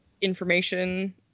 information